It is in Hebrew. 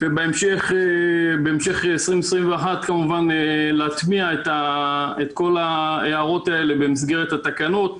ובהמשך 2021 כמובן להטמיע את כל ההערות האלה במסגרת התקנות,